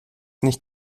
nicht